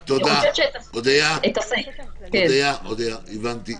אודיה, תודה, הבנתי.